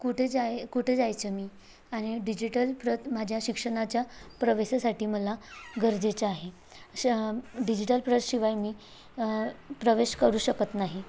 कुठे जाय कुठे जायचं मी आणि डिजिटल प्रत माझ्या शिक्षणाच्या प्रवेशासाठी मला गरजेच आहे अशा डिजिटल प्रतशिवाय मी प्रवेश करू शकत नाही